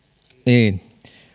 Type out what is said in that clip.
niin